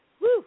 Woo